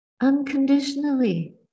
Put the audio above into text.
unconditionally